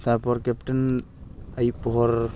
ᱛᱟᱯᱚᱨ ᱠᱮᱯᱴᱮᱱ ᱟᱹᱭᱩᱵ ᱯᱚᱦᱚᱨ